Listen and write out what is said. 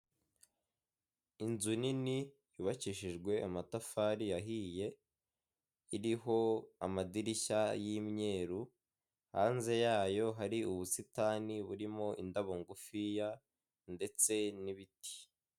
Inzu nini yubakishijwe amatafari ahiye, iriho amadirishya y'imyeru, hanze yayo hari ubusitani burimo indabo ngufiya ndetse n'ibiti.